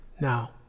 Now